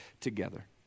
together